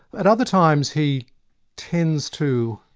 at other times he tends to